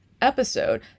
episode